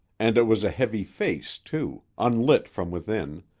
and it was a heavy face, too, unlit from within,